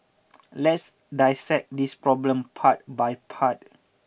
let's dissect this problem part by part